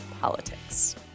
Politics